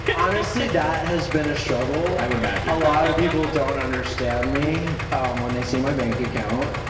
honestly, that has been a struggle. i would imagine. a lot of people don't understand me when they see my bank account.